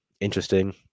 interesting